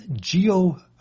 geo